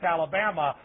Alabama